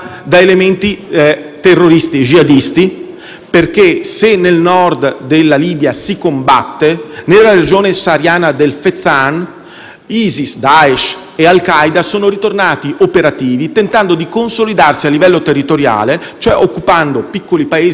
Al pericolo dei terroristi infiltrati che arrivano in Europa si può aggiungere il pericolo di destabilizzazione con un rinnovato Stato islamico, questa volta in Libia, o una rinnovata Al Qaeda non nelle grotte dell'Afghanistan ma in un qualche oasi remota del deserto.